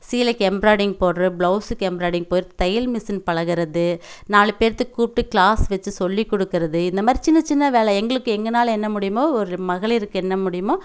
சேலைக்கு embroidering போடுற பிளவுஸுக்கு embroidering தையல்மிஷின் பழகுறது நாலு பேர்த்துக் கூப்பிட்டு கிளாஸ் வச்சு சொல்லிக் கொடுக்கறது இந்த மாதிரி சின்ன சின்ன வேலை எங்களுக்கு எங்கனால் என்ன முடியுமோ ஒரு மகளிருக்கு என்ன முடியுமோ